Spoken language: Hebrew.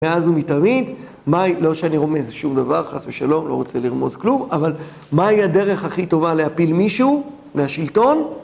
מאז ומתמיד, לא שאני רומז שום דבר, חס ושלום, לא רוצה לרמוז כלום, אבל מה היא הדרך הכי טובה להפיל מישהו מהשלטון?